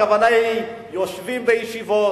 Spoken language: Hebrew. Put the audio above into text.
הכוונה היא: יושבים בישיבות,